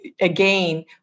again